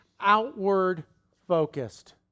outward-focused